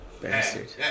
bastard